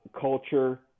culture